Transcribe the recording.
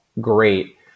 Great